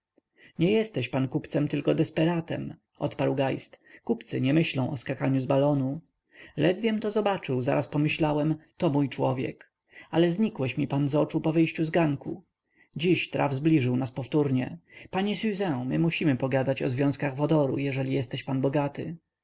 nie jesteś pan kupcem tylko desperatem odparł geist kupcy nie myślą o skakaniu z balonu ledwiem to zobaczył zaraz pomyślałem to mój człowiek ale znikłeś mi pan z oczu po wyjściu z ganku dziś traf zbliżył nas powtórnie panie siuzę my musimy pogadać o związkach wodoru jeżeli jesteś pan bogaty